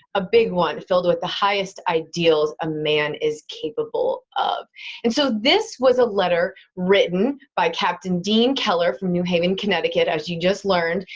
a big one filled with the highest ideals a man is capable of and so this was a letter written by captain deane keller from new haven, connecticut as you just learned,